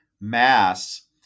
mass